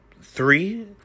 three